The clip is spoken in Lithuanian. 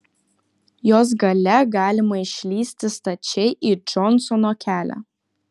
jos gale galima išlįsti stačiai į džonsono kelią